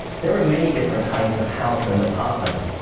there are many different kinds of house and apartment.